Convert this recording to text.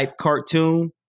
cartoon